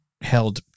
held